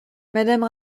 madame